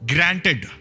Granted